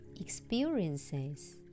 experiences